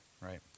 right